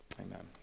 Amen